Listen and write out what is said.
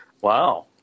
Wow